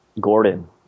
Gordon